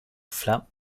flat